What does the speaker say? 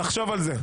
נחשוב על זה.